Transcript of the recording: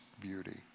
beauty